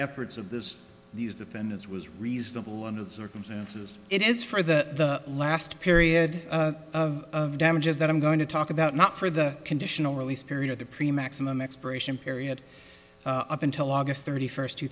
efforts of this these defendants was reasonable under the circumstances it is for the last period of damages that i'm going to talk about not for the conditional release period or the pre maximum expiration period up until august thirty first two